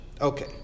Okay